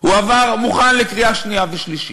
הוא עבר, מוכן לקריאה שנייה ושלישית.